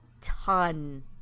ton